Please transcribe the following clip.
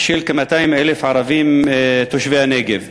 של כ-200,000 ערבים תושבי הנגב,